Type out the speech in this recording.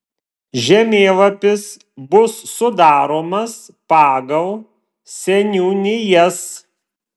žemėlapis bus sudaromas pagal seniūnijas